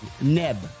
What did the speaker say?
Neb